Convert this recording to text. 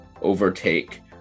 overtake